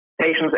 Patients